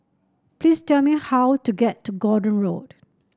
please tell me how to get to Gordon Road